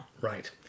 Right